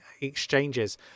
exchanges